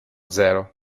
zero